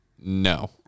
No